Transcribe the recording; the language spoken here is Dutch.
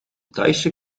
thaise